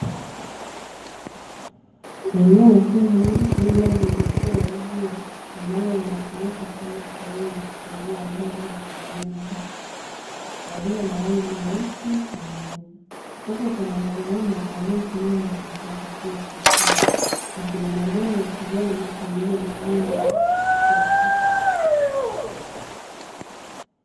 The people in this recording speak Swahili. Eneo kubwa lililozungushiwa uzio ambalo linatumika kama sehemu ya kufugia ndege jamii ya bata, walio na rangi nyeusi kwa nyeupe; huku kuna mwanamume aliyesimama akiwapatia chakula, na kuna majani ya kijani pamoja na mwanga wa kutosha.